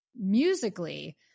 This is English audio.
musically